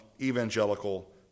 evangelical